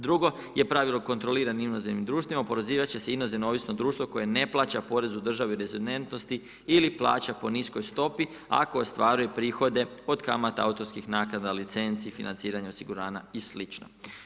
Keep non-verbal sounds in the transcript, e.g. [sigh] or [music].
Drugo je pravilo kontrolira invazivnim društvima, oporezivati će se inozemno … [unintelligible] društvo koje ne plaća porez državi rezidentnosti ili plaća po niskoj stopi, ako ostvaruje prihode, od kamata autorskih naknada, licenci i financiranja osiguranja i sl.